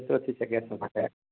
जेतिरो थी सघे असां